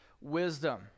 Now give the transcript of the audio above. wisdom